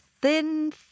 thin